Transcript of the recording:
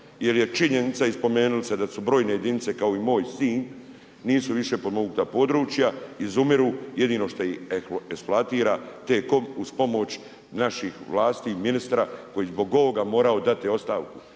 jer je činjenica i spomenuli ste da su brojne jedinice kao i moj Sinj, nisu više …/Govornik se ne razumije./… područja, izumiru, jedino što ih eksploatira T-Com uz pomoć naših vlasti i ministra koji bi zbog ovoga morao dati ostavku,